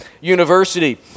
University